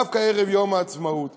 דווקא ערב יום העצמאות,